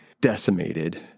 decimated